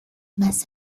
más